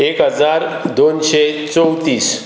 एक हजार दोनशें चवतीस